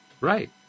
right